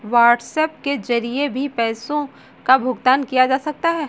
WhatsApp के जरिए भी पैसों का भुगतान किया जा सकता है